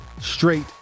straight